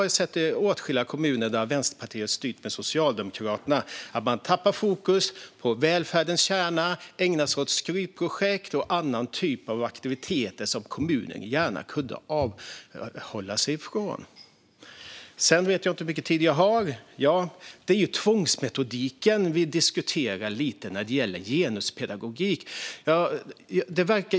Jag har i åtskilliga kommuner där Vänsterpartiet styrt med Socialdemokraterna sett att man tappar fokus på välfärdens kärna och ägnar sig åt skrytprojekt och andra typer av aktiviteter som kommunen gärna kunde avhålla sig från. Det är tvångsmetodiken vi diskuterar när det gäller genuspedagogik.